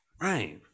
Right